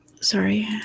sorry